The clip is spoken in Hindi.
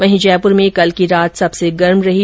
वहीं जयप्र में कल की रात सबसे गर्म रही